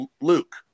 Luke